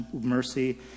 mercy